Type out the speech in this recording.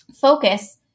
focus